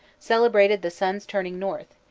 celebrated the sun's turning north,